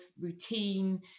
routine